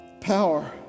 Power